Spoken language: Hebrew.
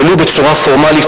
ולו בצורה פורמלית,